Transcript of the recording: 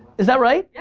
is that right?